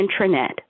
intranet